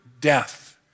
death